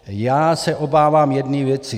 Já se obávám jedné věci.